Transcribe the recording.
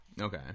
Okay